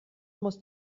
muss